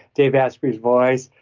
dave asprey's voice,